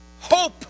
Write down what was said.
Hope